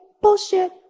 bullshit